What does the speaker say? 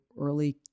early